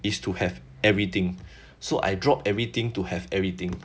is to have everything so I drop everything to have everything